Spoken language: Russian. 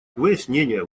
выяснения